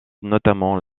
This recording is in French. notamment